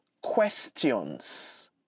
questions